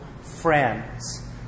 friends